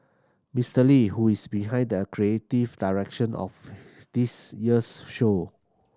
Mister Lee who is behind that creative direction of this year's show